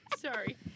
Sorry